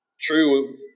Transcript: true